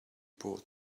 bored